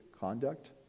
conduct